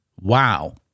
Wow